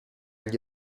gli